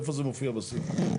איפה זה מופיע בסעיפים?